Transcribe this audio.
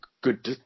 Good